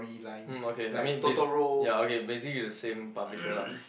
mm okay I mean bas~ ya okay basically it's the same publisher lah